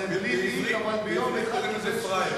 זה בלי תיק, אבל ביום אחד הוא קיבל שלושה תיקים.